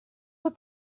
but